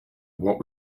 what